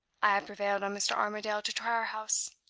i have prevailed on mr. armadale to try our house.